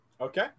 Okay